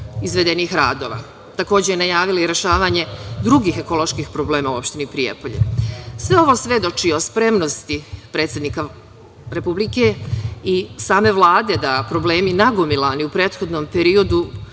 izvedenih radova. Takođe je najavila i rešavanje drugih ekoloških problema u opštini Prijepolje. Sve ovo svedoči o spremnosti predsednika Republike i same Vlade da problemi nagomilani u prethodnom periodu